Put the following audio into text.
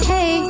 Hey